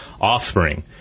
offspring